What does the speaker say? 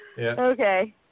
Okay